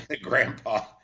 Grandpa